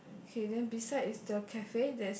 okay then beside the cafe there's